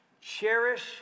Cherish